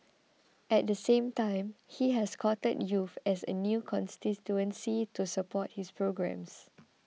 at the same time he has courted youth as a new constituency to support his programmes